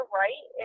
right